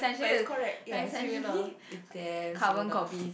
but it's correct yea similar it's damn similar